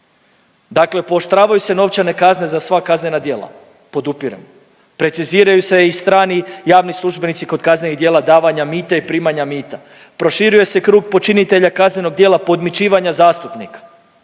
Dakle, pooštravaju se novčane kazne za sva kaznena djela, podupirem. Preciziraju se i strani javni službenici kod kaznenih djela davanja mita i primanja mita, proširuje se krug počinitelja kaznenog djela podmićivanja zastupnika.